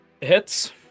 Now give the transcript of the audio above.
hits